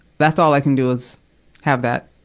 that's all i can do, is have that